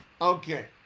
okay